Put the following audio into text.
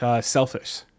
selfish